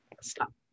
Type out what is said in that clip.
Stop